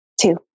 Two